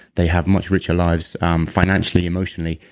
they have much richer lives um financially, emotionally,